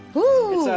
ooh!